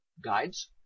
guides